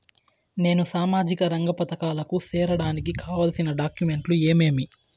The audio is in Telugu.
నేను సామాజిక రంగ పథకాలకు సేరడానికి కావాల్సిన డాక్యుమెంట్లు ఏమేమీ?